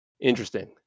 interesting